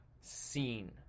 seen